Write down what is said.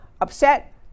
upset